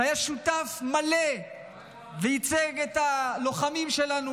שהיה שותף מלא וייצג את הלוחמים שלנו